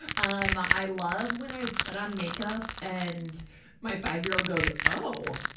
um i love when i put on make-up, and my five-year-old goes, oh!